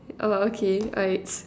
oh okay alright